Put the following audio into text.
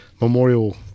memorial